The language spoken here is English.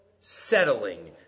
settling